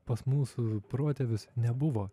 pas mūsų protėvius nebuvo